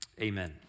Amen